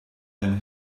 than